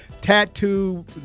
tattoo